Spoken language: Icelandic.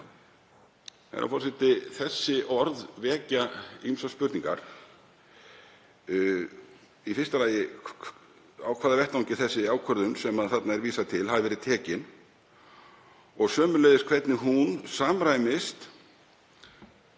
Þessi orð vekja ýmsar spurningar; í fyrsta lagi á hvaða vettvangi sú ákvörðun sem þarna er vísað til hafi verið tekin og sömuleiðis hvernig hún samræmist